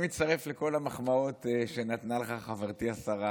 אני מצטרף לכל המחמאות שנתנה לך חברתי השרה